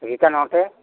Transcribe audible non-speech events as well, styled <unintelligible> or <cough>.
<unintelligible>